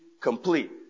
complete